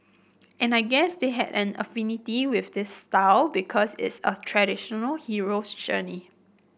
and I guess they had an affinity with this style because it's a traditional hero's journey